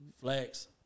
Flex